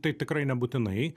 tai tikrai nebūtinai